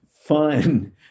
fun